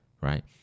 Right